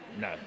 No